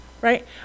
right